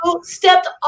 Stepped